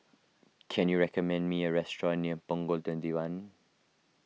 can you recommend me a restaurant near Punggol twenty one